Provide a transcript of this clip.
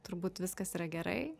turbūt viskas yra gerai